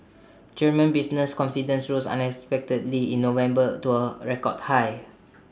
German business confidence rose unexpectedly in November to A record high